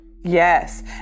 Yes